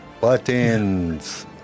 Buttons